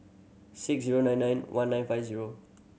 six zero nine nine one nine five zero